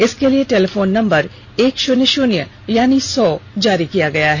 इसके लिए telephone number एक शुन्य शुन्य जारी किया गया है